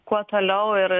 kuo toliau ir